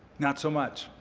not so much.